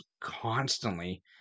constantly